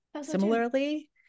similarly